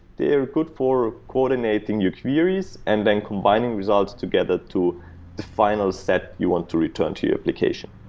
they're good for coordinating your queries and then combining results together to the final set you want to return to your application.